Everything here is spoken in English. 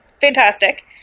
fantastic